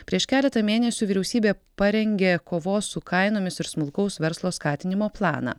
prieš keletą mėnesių vyriausybė parengė kovos su kainomis ir smulkaus verslo skatinimo planą